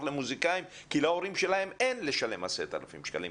למוסיקאים כי להורים שלהם אין לשלם 10,000 ₪ בחודש,